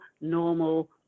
normal